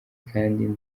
kandi